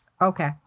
Okay